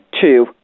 two